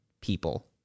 people